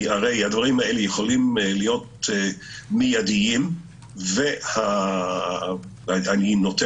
כי הרי הדברים האלה יכולים להיות מיידים ואני נוטה